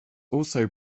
also